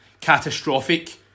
catastrophic